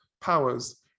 powers